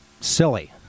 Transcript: silly